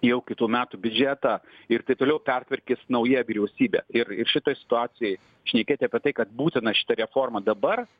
jau kitų metų biudžetą ir taip toliau pertvarkys nauja vyriausybė ir ir šitoj situacijoj šnekėti apie tai kad būtina šitą reformą dabar